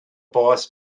boss